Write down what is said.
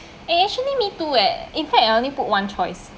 eh actually me too eh in fact I only put one choice